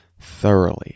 thoroughly